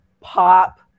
pop